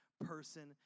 person